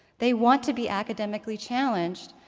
they want to be academically challenged.